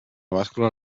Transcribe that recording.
bàscula